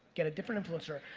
get a different influencer.